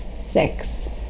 six